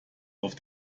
auf